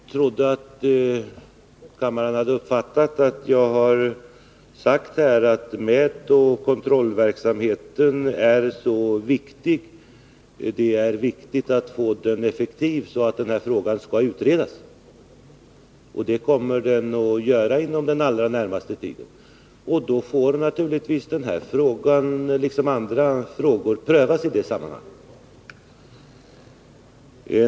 Herr talman! Jag trodde att kammaren hade uppfattat att jag har sagt att det är så viktigt att få mätoch kontrollverksamheten effektiv att denna verksamhet skall utredas. Det kommer att ske inom den allra närmaste tiden. Då får naturligtvis den fråga det här gäller, liksom andra frågor, prövas i det sammanhanget.